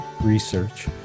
research